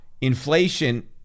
inflation